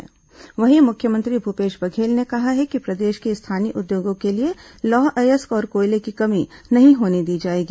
मुख्यमंत्री उद्योग मुख्यमंत्री भूपेश बधेल ने कहा है कि प्रदेश के स्थानीय उद्योगों के लिए लौह अयस्क और कोयले की कमी नहीं होने दी जाएगी